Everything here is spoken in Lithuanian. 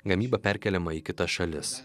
gamyba perkeliama į kitas šalis